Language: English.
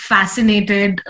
Fascinated